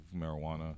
marijuana